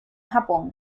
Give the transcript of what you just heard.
japón